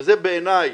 וזה בעיני,